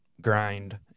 Grind